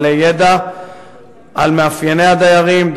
בעלי ידע על מאפייני הדיירים,